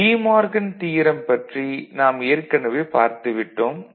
tea Morgan theorem பற்றி நாம் ஏற்கனவே பார்த்து விட்டோம்